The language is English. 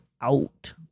out